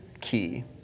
key